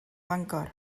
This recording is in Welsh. bangor